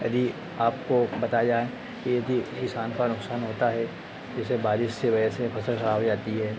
अभी आपको बताया जाए कि यदि किसान का नुकसान होता है जैसे बारिश की वज़ह से फ़सल खराब हो जाती है